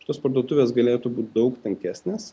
tos parduotuvės galėtų būti daug tankesnės